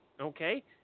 okay